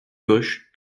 gauche